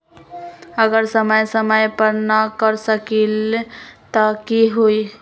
अगर समय समय पर न कर सकील त कि हुई?